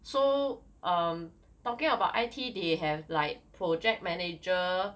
so um talking about I_T they have like project manager